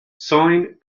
sine